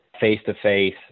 face-to-face